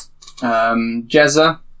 Jezza